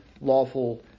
lawful